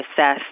assess